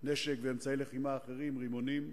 נשק ואמצעי לחימה אחרים, למשל רימונים.